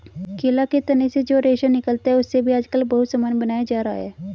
केला के तना से जो रेशा निकलता है, उससे भी आजकल बहुत सामान बनाया जा रहा है